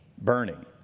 burning